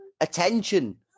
Attention